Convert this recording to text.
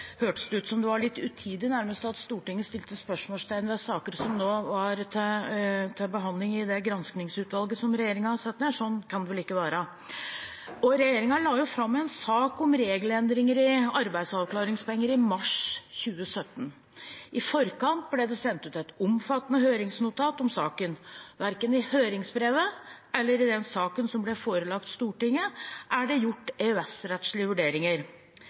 hørtes det ut som at det nærmest var litt utidig at Stortinget satte spørsmålstegn ved saker som nå er til behandling i granskingsutvalget regjeringen har satt ned – sånn kan det vel ikke være? Regjeringen la fram en sak om regelendring i arbeidsavklaringspenger i mars 2017. I forkant ble det sendt ut et omfattende høringsnotat om saken. Verken i høringsbrevet eller i saken som ble forelagt Stortinget, er det gjort EØS-rettslige vurderinger.